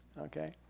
Okay